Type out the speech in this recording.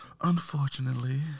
unfortunately